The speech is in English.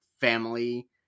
family